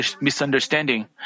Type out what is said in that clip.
misunderstanding